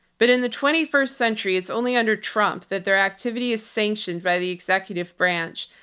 but in the twenty first century it's only under trump that their activity is sanctioned by the executive branch,